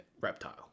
reptile